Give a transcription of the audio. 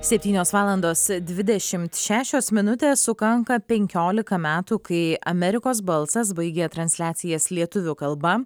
septynios valandos dvidešimt šešios minutės sukanka penkiolika metų kai amerikos balsas baigė transliacijas lietuvių kalba